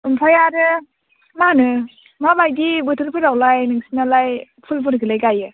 ओमफ्राय आरो मा होनो माबायदि बोथोरफोरावलाय नोंसोरनालाय फुलफोरखौलाय गायो